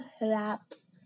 raps